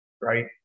Right